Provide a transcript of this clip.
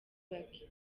bake